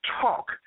Talk